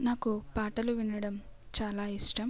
నాకు పాటలు వినడం చాలా ఇష్టం